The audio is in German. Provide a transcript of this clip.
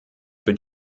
für